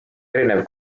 erinev